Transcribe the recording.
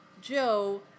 Joe